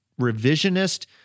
revisionist